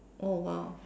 oh !wah!